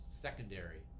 secondary